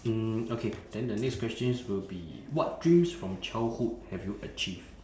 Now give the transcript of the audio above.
mm okay then the next questions will be what dreams from childhood have you achieved